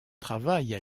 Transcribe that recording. travaillent